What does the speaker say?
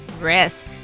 risk